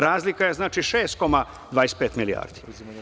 Razlika je znači 6,25 milijardi.